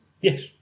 yes